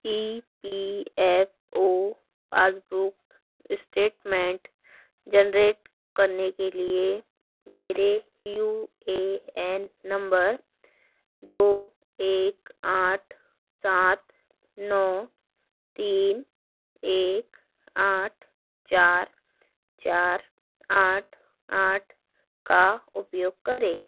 ई P F O passbook statement generate करने के लिए मेरे यू ए एन नंबर दो एक आठ सात नौ तीन एक आठ चार चार आठ आठ का उपयोग करें